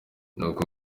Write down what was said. nuko